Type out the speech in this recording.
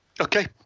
Okay